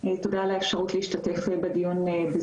תודה עבור האפשרות להשתתף בזום.